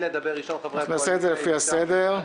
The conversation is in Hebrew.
אבי,